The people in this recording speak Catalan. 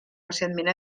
recentment